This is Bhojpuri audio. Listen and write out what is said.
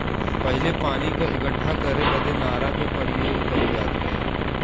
पहिले पानी क इक्कठा करे बदे नारा के परियोग कईल जात रहे